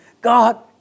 God